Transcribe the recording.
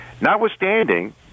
notwithstanding